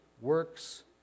works